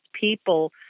people